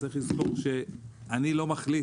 צריך לזכור שאני לא מחליט